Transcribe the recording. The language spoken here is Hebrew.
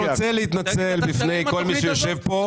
אני רוצה להתנצל בפני כל מי שיושב כאן.